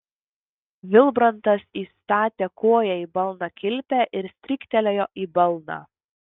vilbrantas įstatė koją į balnakilpę ir stryktelėjo į balną